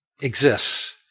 exists